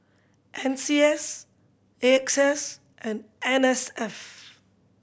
N C S AXS and N S F